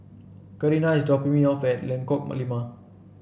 Carina is dropping me off at Lengkok Lima